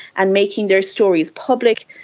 and making their stories public.